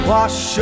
Wash